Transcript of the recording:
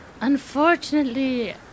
unfortunately